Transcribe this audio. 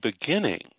beginning